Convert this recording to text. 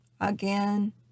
Again